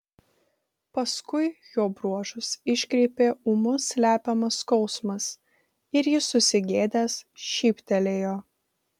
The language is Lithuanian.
paskui jo bruožus iškreipė ūmus slepiamas skausmas ir jis susigėdęs šyptelėjo